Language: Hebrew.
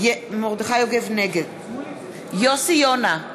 נגד יוסי יונה,